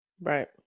Right